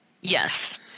yes